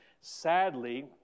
Sadly